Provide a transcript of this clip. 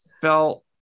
felt